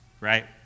right